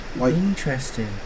interesting